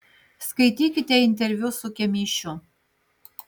skaitykite interviu su kemėšiu